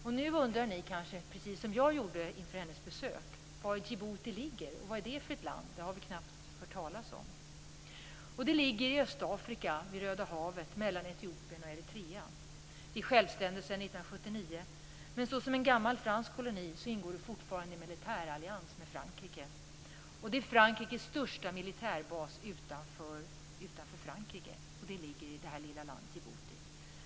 Och nu undrar ni kanske, precis som jag gjorde inför hennes besök, var Djibouti ligger och vad det är för ett land. Det har vi knappt hört talas om. Det ligger i Östafrika vid Röda havet, mellan Etiopien och Eritrea. Det är självständigt sedan 1979, men såsom en gammal fransk koloni ingår det fortfarande i en militärallians med Frankrike. Frankrikes största militärbas utanför Frankrike ligger i detta lilla land, Djibouti.